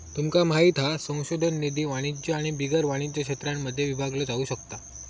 तुमका माहित हा संशोधन निधी वाणिज्य आणि बिगर वाणिज्य क्षेत्रांमध्ये विभागलो जाउ शकता